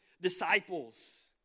disciples